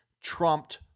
trumped